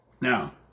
Now